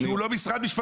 כי הוא לא משרד המשפטים.